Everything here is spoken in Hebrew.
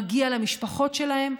מגיע למשפחות שלהם,